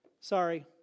sorry